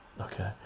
okay